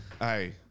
hey